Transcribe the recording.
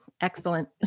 excellent